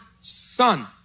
son